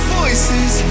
voices